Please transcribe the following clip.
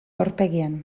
aurpegian